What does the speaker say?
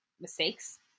mistakes